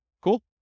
Cool